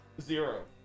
Zero